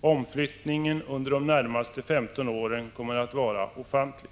Omflyttningen under de närmaste 15 åren kommer att vara ofantlig.